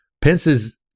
Pence's